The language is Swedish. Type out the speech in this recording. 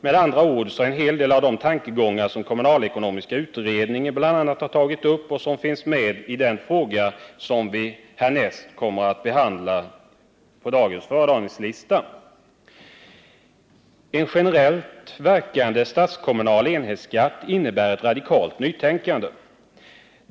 Med andra ord finns här en hel del av de tankegångar som bl.a. kommunalekonomiska utredningen har tagit upp och som finns med i nästa ärende som vi kommer att behandla på dagens föredragningslista. En generellt verkande statskommunal enhetsskatt innebär ett radikalt nytänkande.